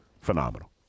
Phenomenal